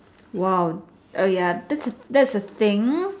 !wow! err ya that's a that's a thing